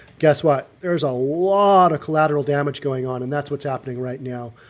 guess what, there's a lot of collateral damage going on, and that's what's happening right now.